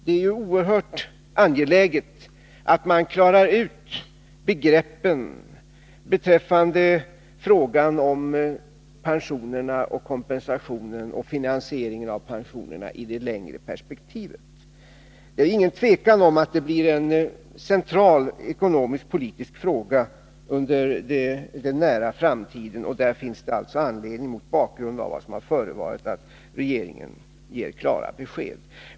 Det är oerhört angeläget att man klarar ut begreppen när det gäller frågan om pensionerna, kompensationen och finansieringen av pensionerna i det längre perspektivet. Det råder inget tvivel om att det blir en central ekonomisk-politisk fråga i den nära framtiden och där finns det, mot bakgrund av vad som har förevarit, anledning för regeringen att ge klara besked.